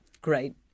great